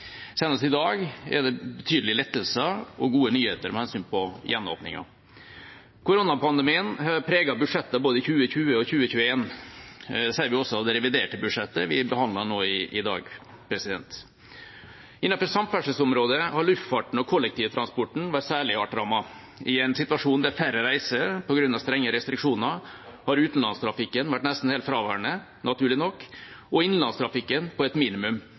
Senest i dag er det betydelige lettelser og gode nyheter med hensyn til gjenåpningen. Koronapandemien har preget budsjettet i både 2020 og 2021. Det ser vi også av det reviderte budsjettet vi behandler nå i dag. Innenfor samferdselsområdet har luftfarten og kollektivtransporten vært særlig hardt rammet. I en situasjon der færre reiser på grunn av strenge restriksjoner, har utenlandstrafikken vært nesten helt fraværende, naturlig nok, og innlandstrafikken på et minimum.